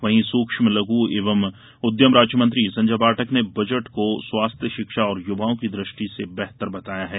वहीं सुक्ष्म लद्य एवम उद्यम राज्यमंत्री संजय पाठक ने बजट को स्वास्थ्य शिक्षा और युवाओं की दृष्टि से बेहतर बताया है